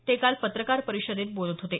ते काल पत्रकार परिषदेत बोलत होते